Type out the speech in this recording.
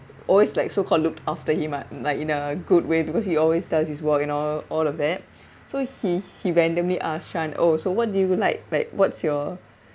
always like so called looked after him ah like in a good way because he always does his work and all all of that so he he randomly ask shaun oh so what do you like like what's your